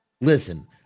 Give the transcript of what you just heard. Listen